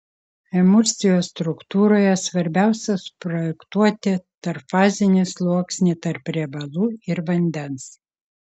emulsijos struktūroje svarbiausia suprojektuoti tarpfazinį sluoksnį tarp riebalų ir vandens